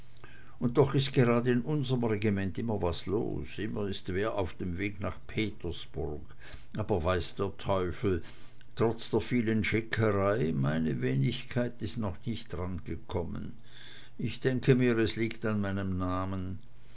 und doch ist gerad in unserm regiment immer was los immer ist wer auf dem wege nach petersburg aber weiß der teufel trotz der vielen schickerei meine wenigkeit ist noch nicht rangekommen ich denke mir es liegt an meinem namen